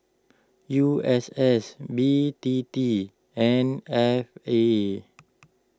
U S S B T T and F A